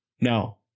No